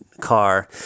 car